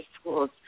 schools